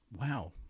wow